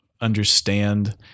understand